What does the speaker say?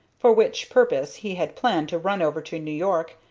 for which purpose he had planned to run over to new york,